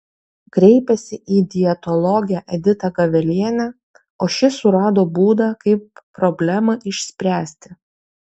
kreipėsi į dietologę editą gavelienę o ši surado būdą kaip problemą išspręsti